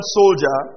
soldier